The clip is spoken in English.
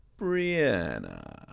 Brianna